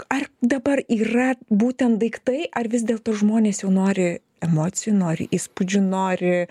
ar dabar yra būtent daiktai ar vis dėlto žmonės jau nori emocijų nori įspūdžių nori